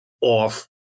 off